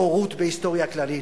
בורות בהיסטוריה כללית.